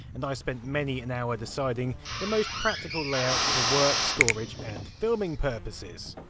and i spent many an hour deciding the most practical layout for work, storage and filming purposes,